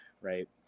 right